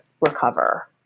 recover